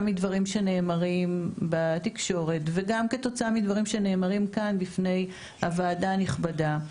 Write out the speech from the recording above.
מדברים שנאמרים בתקשורת וגם כתוצאה מדברים שנאמרים כאן בפני הוועדה הנכבדה,